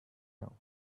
now